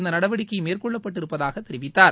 இந்த நடவடிக்கை மேற்கொள்ளப்பட்டிருப்பதாக தெரிவித்தார்